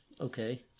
okay